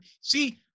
see